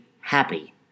happy